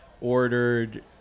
ordered